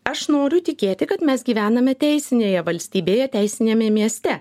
aš noriu tikėti kad mes gyvename teisinėje valstybėje teisiniame mieste